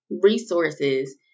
resources